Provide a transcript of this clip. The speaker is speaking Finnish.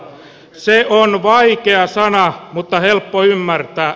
se on vaikea sana mutta helppo ymmärtää